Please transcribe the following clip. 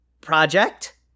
project